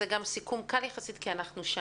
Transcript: זה גם סיכום קל יחסית כי אנחנו שם.